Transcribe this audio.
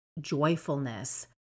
joyfulness